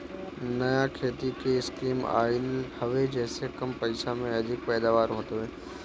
नया खेती के स्कीम आइल हवे जेसे कम पइसा में अधिका पैदावार होत हवे